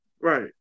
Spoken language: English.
Right